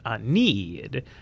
need